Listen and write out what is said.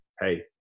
hey